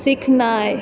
सिखनाइ